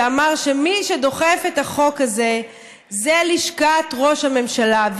שאמר שמי שדוחף את החוק הזה זה לשכת ראש הממשלה.